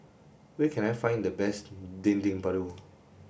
where can I find the best Dendeng Paru